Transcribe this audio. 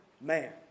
man